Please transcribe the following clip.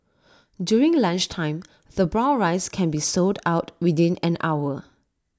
during lunchtime the brown rice can be sold out within an hour